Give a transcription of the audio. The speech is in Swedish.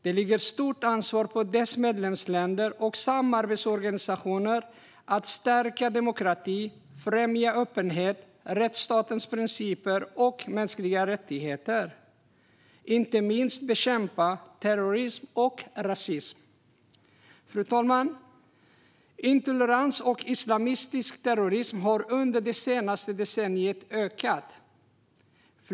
Det ligger ett stort ansvar på dess medlemsländer och samarbetsorganisationer att stärka demokrati och främja öppenhet, rättsstatens principer och mänskliga rättigheter samt, inte minst, bekämpa terrorism och rasism. Fru talman! Intolerans och islamistisk terrorism har under det senaste decenniet ökat.